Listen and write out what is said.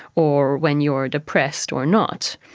or when you are depressed or not?